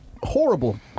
Horrible